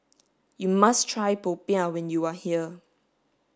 you must try popiah when you are here